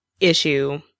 issue